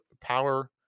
power